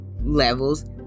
levels